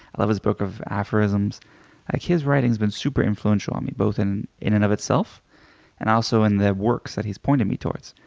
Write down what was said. i love his book of aphorisms. like his writing has been super influential on me, both in in and of itself and also in the works that he's pointed me towards.